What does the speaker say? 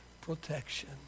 protection